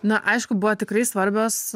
na aišku buvo tikrai svarbios